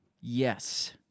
Yes